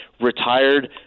retired